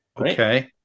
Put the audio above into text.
Okay